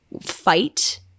fight